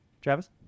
Travis